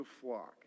flock